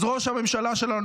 אז ראש הממשלה שלנו,